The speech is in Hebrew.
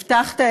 הבטחת,